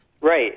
Right